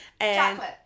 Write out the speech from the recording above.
Chocolate